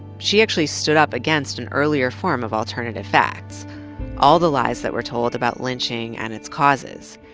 she actually stood up against an earlier form of alternative facts all the lies that were told about lynching and its causes.